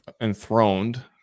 enthroned